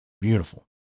Beautiful